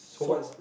so